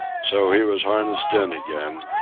so he was harnessed in again,